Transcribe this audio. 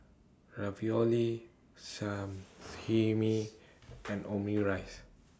Ravioli Sashimi and Omurice